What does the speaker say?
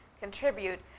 contribute